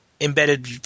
embedded